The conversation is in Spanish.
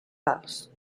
lados